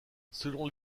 selon